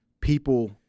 people